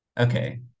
okay